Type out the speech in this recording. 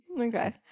Okay